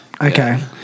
okay